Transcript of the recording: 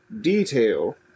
detail